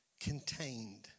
contained